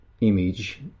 image